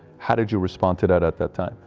how did you respond to that at that time?